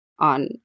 On